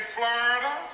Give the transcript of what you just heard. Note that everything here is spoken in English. Florida